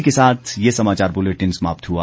इसी के साथ ये समाचार बुलेटिन समाप्त हुआ